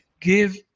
give